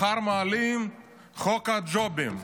מחר מעלים את חוק הג'ובים,